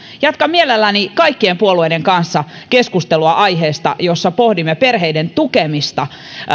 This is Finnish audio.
jatkan mielelläni kaikkien puolueiden kanssa aiheesta keskustelua jossa pohdimme perheiden tukemista